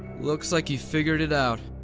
looks like you've figured it out.